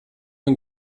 ein